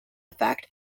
effect